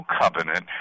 covenant